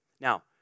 Now